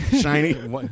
Shiny